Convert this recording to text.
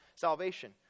salvation